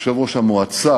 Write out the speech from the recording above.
יושב-ראש המועצה,